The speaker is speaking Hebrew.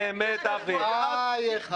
ואז ------ בחייך.